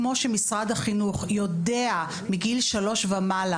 כמו שמשרד החינוך יודע מגיל שלוש ומעלה,